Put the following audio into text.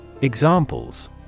Examples